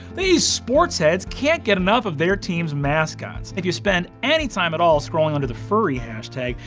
these sports-heads can't get enough of their team's mascots. if you spend any time at all scrolling under the furry hashtag,